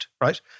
right